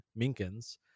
Minkins